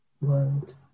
world